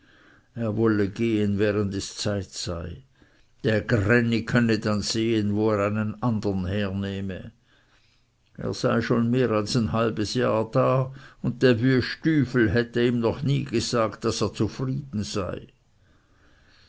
er wolle gehen während es zeit sei dä gränni könne dann sehen wo er einen andern hernehme er sei schon mehr als ein halbes jahr da und dä wüest tüfel hatte ihm noch nie gesagt daß er zufrieden sei